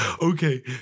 okay